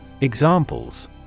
Examples